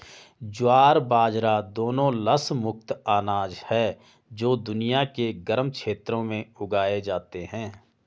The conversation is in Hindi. ज्वार बाजरा दोनों लस मुक्त अनाज हैं जो दुनिया के गर्म क्षेत्रों में उगाए जाते हैं